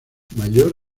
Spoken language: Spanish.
mayor